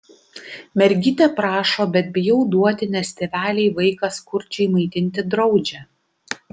mergytė prašo bet bijau duoti nes tėveliai vaiką skurdžiai maitinti draudžia